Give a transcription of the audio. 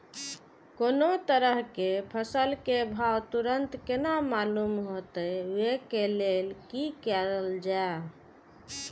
कोनो तरह के फसल के भाव तुरंत केना मालूम होते, वे के लेल की करल जाय?